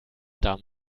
damen